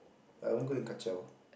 like I won't go and ka-ciao